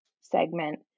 segment